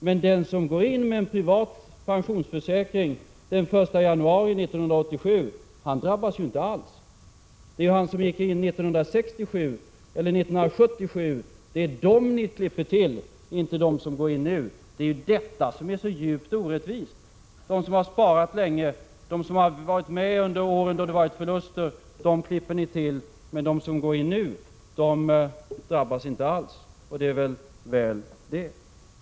Men de som tecknar en privat pensionsförsäkring den 1 januari 1987 drabbas inte alls. Det är de människor som tecknade privata pensionsförsäkringar 1967 eller 1977 som ni klipper till, inte de som tecknar försäkringar nu. Det är ju detta som är så djupt orättvist. De som har sparat länge och som har varit med under de år då det har blivit förluster klipper ni till, men de som tecknar försäkringar nu drabbas som sagt inte alls — och väl är ju det.